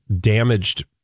damaged